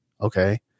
Okay